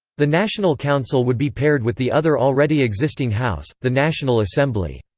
the national council would be paired with the other already existing house, the national assembly.